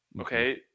Okay